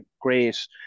great